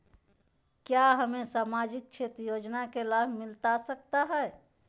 क्या हमें सामाजिक क्षेत्र योजना के लाभ मिलता सकता है?